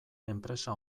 enpresa